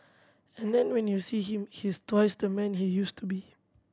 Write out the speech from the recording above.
and then when you see him he is twice the man he used to be